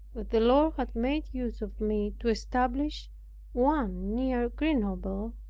that the lord had made use of me to establish one near grenoble,